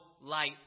light